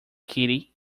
kitty